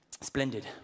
Splendid